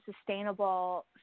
sustainable